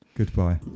Goodbye